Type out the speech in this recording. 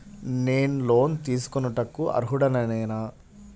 నేను లోన్ తీసుకొనుటకు అర్హుడనేన?